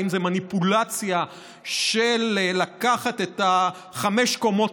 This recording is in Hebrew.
האם זאת מניפולציה של לקחת את חמש הקומות